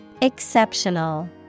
Exceptional